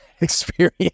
experience